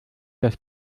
das